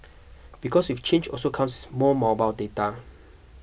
because with change also comes more mobile data